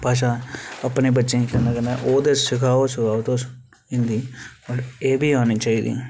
भाशा अपने बच्चें गी कन्नै कन्नै ओह् ते सखाओ सखाओ तुस हिंदी पर एह्बी आनी चाहिदी